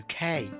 UK